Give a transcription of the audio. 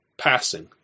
passing